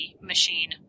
machine